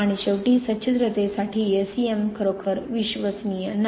आणि शेवटी सच्छिद्रतेसाठी S E M खरोखर विश्वसनीय नाही